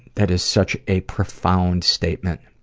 that is such a profound statement,